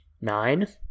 nine